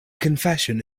confession